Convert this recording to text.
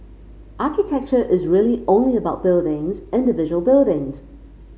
architecture is really only about buildings individual buildings